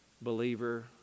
believer